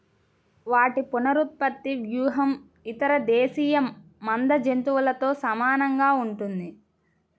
వాటి పునరుత్పత్తి వ్యూహం ఇతర దేశీయ మంద జంతువులతో సమానంగా ఉంటుంది